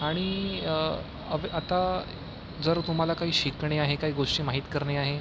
आणि आता जर तुम्हाला काही शिकणे आहे काही गोष्टी माहीत करणे आहे